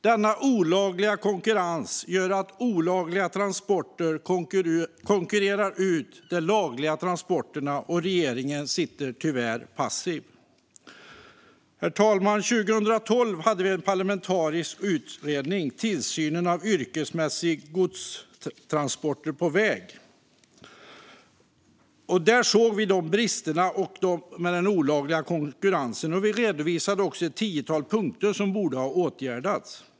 Denna olagliga konkurrens gör att olagliga transporter konkurrerar ut de lagliga transporterna, och regeringen sitter tyvärr passiv. Herr talman! År 2012 lades en parlamentarisk utredning fram, Tillsynen av yrkesmässiga godstransporter på väg . Där framkom bristerna med den olagliga konkurrensen. Vi redovisade också ett tiotal punkter som borde ha åtgärdats.